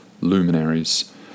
luminaries